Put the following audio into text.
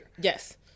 Yes